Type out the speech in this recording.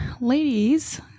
ladies